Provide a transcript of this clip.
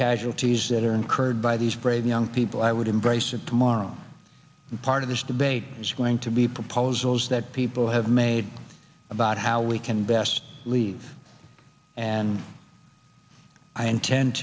casualties that are incurred by these brave young people i would embrace it tomorrow part of this debate is going to be proposals that people have made about how we can best leave and i intend